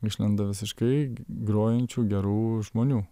išlenda visiškai grojančių gerų žmonių